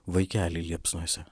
vaikelį liepsnose